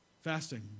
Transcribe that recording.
Fasting